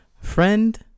friend